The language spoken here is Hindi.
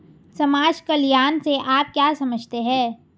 समाज कल्याण से आप क्या समझते हैं?